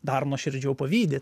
dar nuoširdžiau pavydi